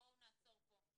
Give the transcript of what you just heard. בואו נעצור פה.